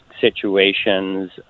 situations